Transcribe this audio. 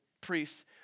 priests